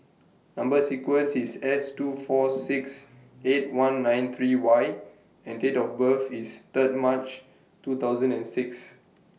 Number sequence IS S two four six eight one nine three Y and Date of birth IS Third March two thousand and six